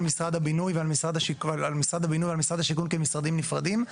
משרד הבינוי ועל משרד השיכון כעל משרדים נפרדים.